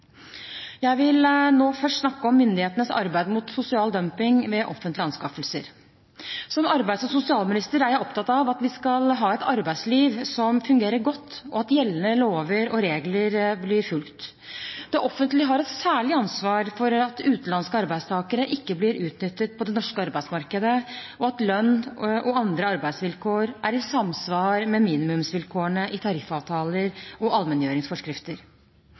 Jeg vil først snakke om myndighetenes arbeid mot sosial dumping ved offentlige anskaffelser. Som arbeids- og sosialminister er jeg opptatt av at vi skal ha et arbeidsliv som fungerer godt, og at gjeldende lover og regler blir fulgt. Det offentlige har et særlig ansvar for at utenlandske arbeidstakere ikke blir utnyttet på det norske arbeidsmarkedet, og at lønn og andre arbeidsvilkår er i samsvar med minimumsvilkårene i tariffavtaler og allmenngjøringsforskrifter.